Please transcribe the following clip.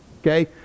Okay